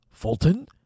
Fulton